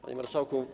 Panie Marszałku!